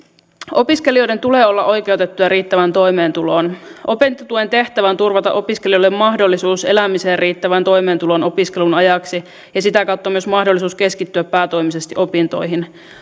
opiskelijoiden tulee olla oikeutettuja riittävään toimeentuloon opintotuen tehtävä on turvata opiskelijoille mahdollisuus elämiseen riittävään toimeentuloon opiskelun ajaksi ja sitä kautta myös mahdollisuus keskittyä päätoimisesti opintoihin